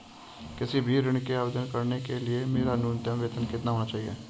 किसी भी ऋण के आवेदन करने के लिए मेरा न्यूनतम वेतन कितना होना चाहिए?